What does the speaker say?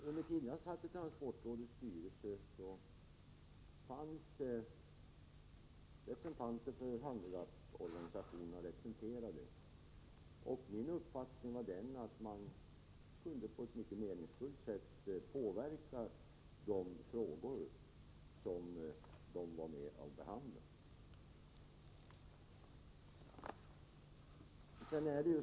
Herr talman! Under den tid jag satt i transportrådets styrelse var handikapporganisationerna representerade. Min uppfattning är att de på ett mycket meningsfullt sätt kunde påverka de frågor som de var med och behandlade.